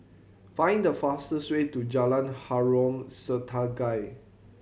find the fastest way to Jalan Harom Setangkai